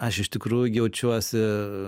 aš iš tikrųjų jaučiuosi